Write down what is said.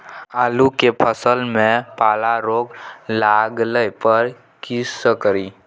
आलू के फसल मे पाला रोग लागला पर कीशकरि?